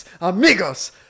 amigos